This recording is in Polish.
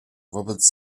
wobec